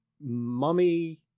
Mummy